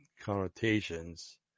connotations